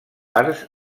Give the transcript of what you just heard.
arts